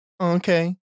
okay